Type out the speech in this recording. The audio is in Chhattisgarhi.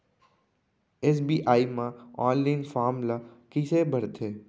एस.बी.आई म ऑनलाइन फॉर्म ल कइसे भरथे?